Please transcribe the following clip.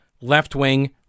left-wing